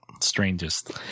strangest